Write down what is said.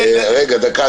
דקה,